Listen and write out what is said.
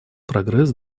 прогресс